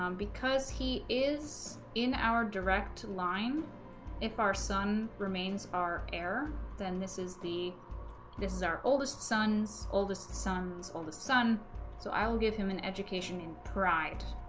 um because he is in our direct line if our son remains our heir then this is the this is our oldest son's oldest sons all the son so i will give him an education in pride